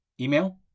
email